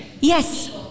Yes